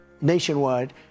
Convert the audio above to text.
nationwide